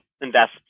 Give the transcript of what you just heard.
invest